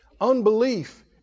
unbelief